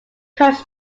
coach